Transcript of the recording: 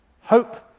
hope